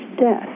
death